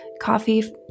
coffee